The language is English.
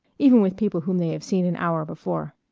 even with people whom they have seen an hour before.